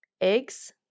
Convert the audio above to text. Eggs